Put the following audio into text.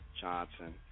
Johnson